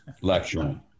lecturing